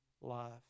life